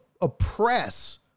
oppress